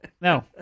No